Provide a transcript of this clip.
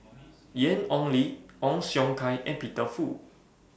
Ian Ong Li Ong Siong Kai and Peter Fu